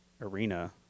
arena